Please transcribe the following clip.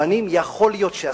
יכול להיות שהשיח האזרחי,